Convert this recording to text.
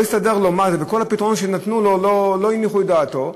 כל הפתרונות שנתנו לו לא הניחו את דעתו.